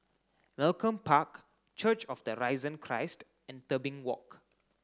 Malcolm Park Church of the Risen Christ and Tebing Walk